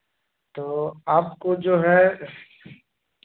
तो आपको जो है